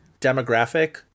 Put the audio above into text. demographic